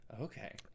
Okay